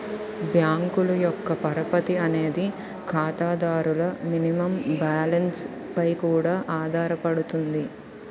బ్యాంకుల యొక్క పరపతి అనేది ఖాతాదారుల మినిమం బ్యాలెన్స్ పై కూడా ఆధారపడుతుంది